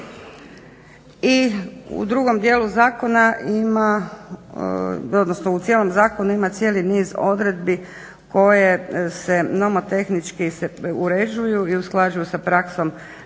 I u drugom dijelu zakona, odnosno u cijelom zakonu ima cijeli niz odredbi koje se nomotehnički uređuju i usklađuju sa praksom